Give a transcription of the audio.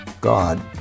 God